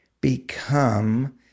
become